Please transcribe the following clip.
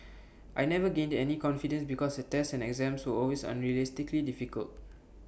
I never gained any confidence because the tests and exams were always unrealistically difficult